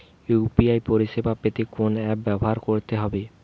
UPI পরিসেবা পেতে কোন অ্যাপ ব্যবহার করতে হবে?